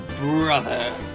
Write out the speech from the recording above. brother